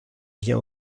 vient